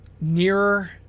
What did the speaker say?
Nearer